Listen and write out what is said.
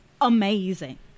amazing